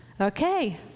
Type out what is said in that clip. okay